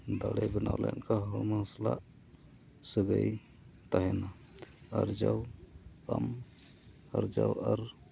ᱫᱟᱲᱮ ᱵᱮᱱᱟᱣ ᱞᱮᱱᱠᱷᱟᱡ ᱦᱚᱲᱢᱚ ᱥᱟᱞᱟᱜ ᱥᱟᱹᱜᱟᱹᱭ ᱛᱟᱦᱮᱱᱟ ᱟᱨᱡᱟᱣᱟᱢ ᱟᱨᱡᱟᱣ ᱟᱨ